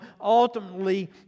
ultimately